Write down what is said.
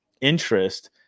interest